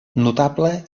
notable